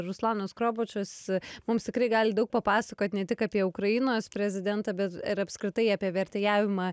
ruslanas skrobačas mums tikrai gali daug papasakot ne tik apie ukrainos prezidentą bet ir apskritai apie vertėjavimą